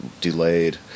delayed